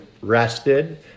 rested